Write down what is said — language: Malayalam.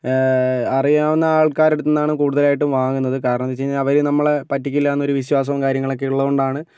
അറിയാവുന്ന ആൾക്കാരുടെ അടുത്തു നിന്നാണ് കൂടുതലായിട്ടും വാങ്ങുന്നത് കാരണം എന്നു വെച്ചു കഴിഞ്ഞാൽ അവർ നമ്മളെ പറ്റിക്കില്ലയെന്നൊരു വിശ്വാസവും കാര്യങ്ങളൊക്കെ ഉള്ളതു കൊണ്ടാണ്